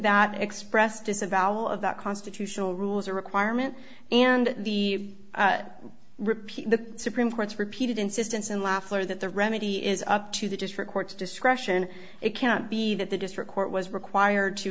that express disavowal of that constitutional rule is a requirement and the repeat of the supreme court's repeated insistence in laughter that the remedy is up to the district courts discretion it cannot be that the district court was required to